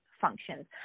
functions